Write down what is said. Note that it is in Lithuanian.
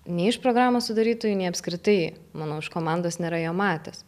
nei iš programos sudarytojų nei apskritai manau iš komandos nėra jo matęs